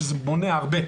שזה מונע הרבה.